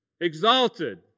exalted